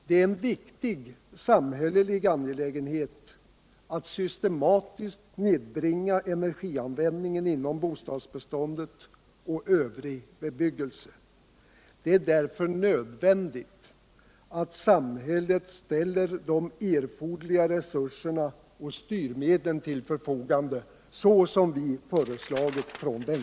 Det är en viktig samhällelig angelägenhet att systematiskt nedbringa energianvändningen inom bostadsbeståndet och den övriga bebyggelsen. Därför är det nödvändigt au samhället ställer de erforderliga resurserna och styrmedlen till förfogande så som vänsterpartiet kommunisterna har föreslagit. Herr talman!